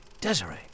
Desiree